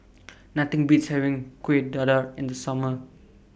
Nothing Beats having Kuih Dadar in The Summer